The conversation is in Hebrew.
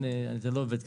זה לא עובד ככה.